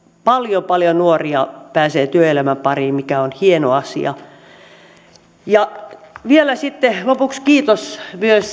paljon paljon nuoria pääsee työelämän pariin mikä on hieno asia vielä sitten lopuksi kiitos